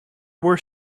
were